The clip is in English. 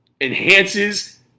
enhances